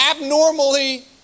abnormally